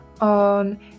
on